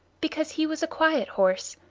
because he was a quiet horse,